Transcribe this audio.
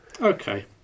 okay